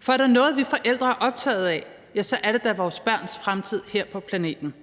For er der noget, vi forældre er optaget af, så er det da vores børns fremtid her på planeten.